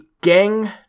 gang